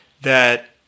that-